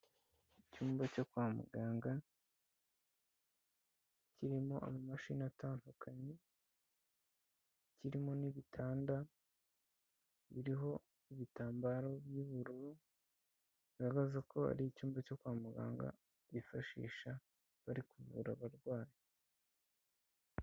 Icyumba cyo kwa muganga kirimo amamashini atandukanye, kirimo n'ibitanda biriho ibitambaro by'ubururu bigaragaza ko ari icyumba cyo kwa muganga bifashisha bari kuvura abarwayi.